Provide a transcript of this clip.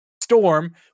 storm